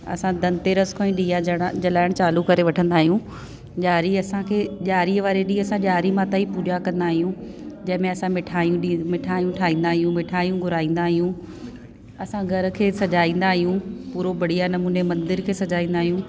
असां धनतेरस खां ई ॾीया जला जलाइण चालू करे वठंदा आहियूं ॾिआरी असांखे ॾिआरी वारे ॾींअं असां ॾिआरी माता जी पूजा कंदा आहियूं जंहिंमे असां मिठाइयूं मिठाइयूं ठाहींदा आहियूं मिठाइयूं घुराईंदा आहियूं असां घर खे सॼाईंदा आहियूं पूरो बढ़िया नमूने मंदिर खे सॼाईंदा आहियूं